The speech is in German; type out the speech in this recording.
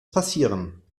passieren